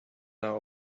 out